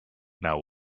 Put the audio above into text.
now